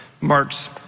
Mark's